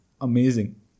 amazing